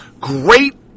great